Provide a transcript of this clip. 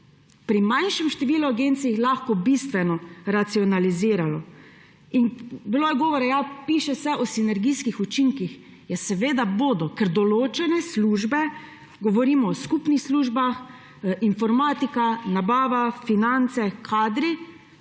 pri manjšem številu agencij lahko bistveno racionaliziralo. In bilo je govora, ja, piše se o sinergijskih učinkih. Seveda bodo, ker določenih služb, govorimo o skupnih službah, informatiki, nabavi, financah, kadrih,